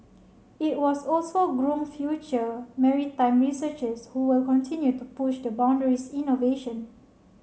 it was also groom future maritime researchers who will continue to push the boundaries innovation